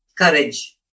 courage